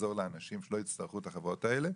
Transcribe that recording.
לעזור לאנשים שלא יצטרכו את החברות האלה.